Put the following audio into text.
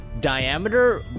diameter